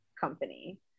Company